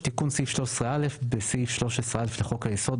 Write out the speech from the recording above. תיקון סעיף 13א 3. בסעיף 13א לחוק היסוד,